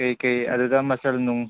ꯀꯩꯀꯩ ꯑꯗꯨꯗ ꯃꯆꯜꯅꯨꯡ